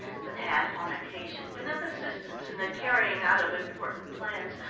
but had, on occasion, been of assistance in the carrying out of important plans,